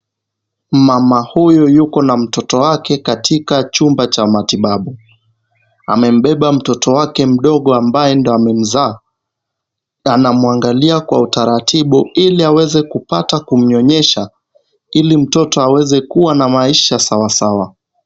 Mama huyu yuko na mtoto wake katika chumba cha matibabu. Amembeba mtoto wake mdogo ambaye ndo ame mzaa, na anamuangalia kwa utaratibu ili aweze kupata kumnyonyesha ili mtoto aweze kuwa na maisha sawasawa.